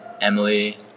Emily